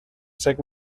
cec